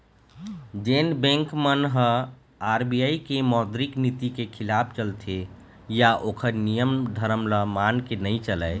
जेन बेंक मन ह आर.बी.आई के मौद्रिक नीति के खिलाफ चलथे या ओखर नियम धरम ल मान के नइ चलय